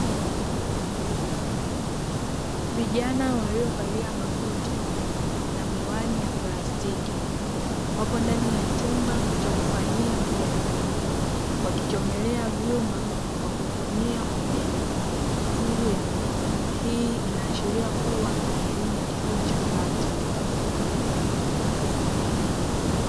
Vijana walio valia makoti na miwani ya plastiki, wapo ndani ya chumba cha kufanyia majaribio, wakichomelea vyuma kwa kutumia umeme juu ya meza. Hii inaashiria kuwa ni elimu ya chuo cha kati.